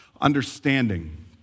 Understanding